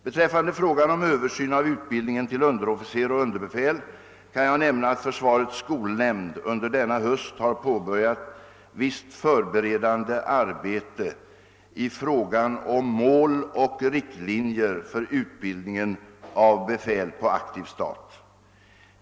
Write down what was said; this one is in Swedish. Beträffande frågan om översyn av utbildningen till underofficer och underbefäl kan jag nämna att försvarets skolnämnd under denna höst har påbörjat visst förberedande arbete i frågan om mål och riktlinjer för utbildningen av befäl på aktiv stat.